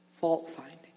fault-finding